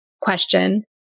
question